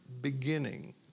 beginning